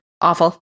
awful